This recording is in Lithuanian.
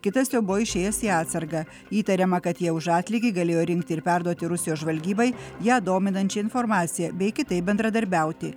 kitas jau buvo išėjęs į atsargą įtariama kad jie už atlygį galėjo rinkti ir perduoti rusijos žvalgybai ją dominančią informaciją bei kitaip bendradarbiauti